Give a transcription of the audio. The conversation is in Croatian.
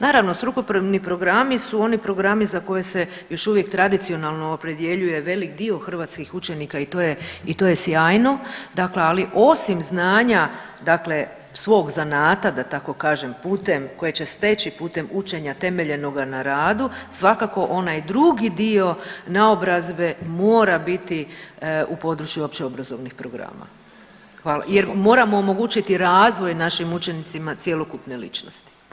Naravno strukovni programi su oni programi za koje se još uvijek tradicionalno opredjeljuje velik dio hrvatskih učenika i to je sjajno, dakle ali osim znanja dakle svog zanata da tako kažem putem koje će steći putem učenja temeljenoga na radu svakako onaj drugi dio naobrazbe mora biti u području opće obrazovnih programa, jer moramo omogućiti razvoj našim učenicima cjelokupne ličnosti.